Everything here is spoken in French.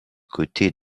côté